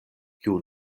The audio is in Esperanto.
kiu